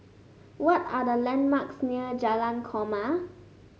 what are the landmarks near Jalan Korma